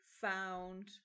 found